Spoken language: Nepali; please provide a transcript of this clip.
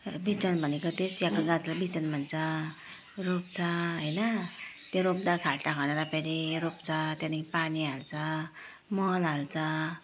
बिजन भनेको त्यो चियाको गाजलाई बिजन भन्छ रोप्छ होइन त्यो रोप्दा खाल्टा खनेर फेरि रोप्छ त्यहाँदेखि पानी हाल्छ मल हाल्छ